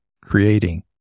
creating